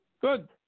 Good